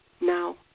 Now